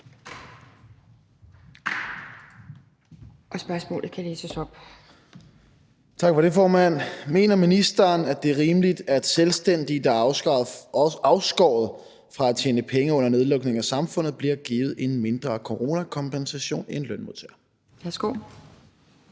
Morten Dahlin (V): Tak for det, formand. Mener ministeren, at det er rimeligt, at selvstændige, der er afskåret fra at tjene penge under nedlukningen af samfundet, bliver givet en mindre coronakompensation end lønmodtagere? Kl. 17:35 Anden